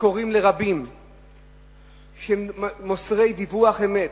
וקוראים לרבים שמוסרים דיווח אמת,